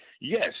Yes